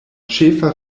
ĉefa